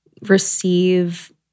receive